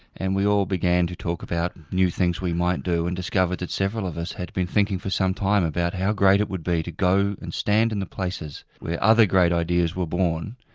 and we all began to talk about new things we might do and discovered that several of us had been thinking for some time about how great it would be to go and stand in the places where other great ideas were born,